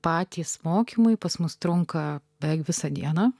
patys mokymai pas mus trunka beveik visą dieną